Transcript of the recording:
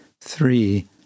three